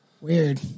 Weird